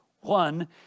One